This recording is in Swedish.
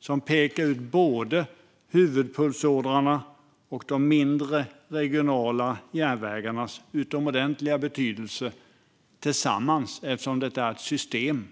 som pekar ut både huvudpulsådrorna och de mindre, regionala järnvägarnas utomordentliga betydelse tillsammans, eftersom det är ett system.